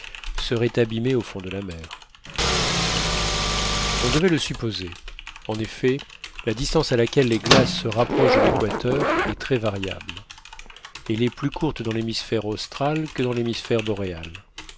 serait abîmée au fond de la mer on devait le supposer en effet la distance à laquelle les glaces se rapprochent de l'équateur est très variable elle est plus courte dans l'hémisphère austral que dans l'hémisphère boréal